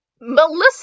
Melissa